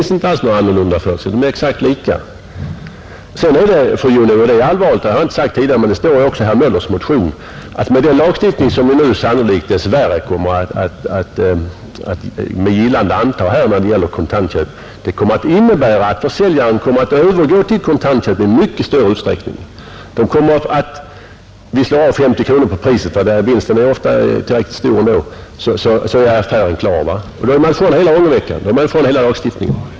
Sedan är det så, fru Jonäng — och det är allvarligt, jag har inte sagt det tidigare men det står också i herr Möllers i Göteborg motion — att med den lagstiftning beträffande kontantköp som vi nu sannolikt dess värre kommer att anta kommer säljarna att övergå till kontantköp i mycket större utsträckning. De kommer att slå av 50 kronor på priset — vinsten är ofta tillräckligt stor ändå — och så är affären klar. Då kommer de ifrån hela ångerveckan och hela lagstiftningen.